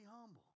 humble